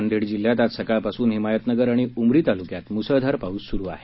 नांदेड जिल्ह्यात आज सकाळपासून हिमायतनगर आणि उमरी तालुक्यात मुसळधार पाऊस सुरु आहे